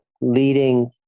leading